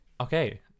okay